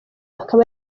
akaba